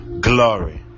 glory